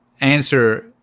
answer